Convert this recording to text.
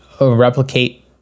replicate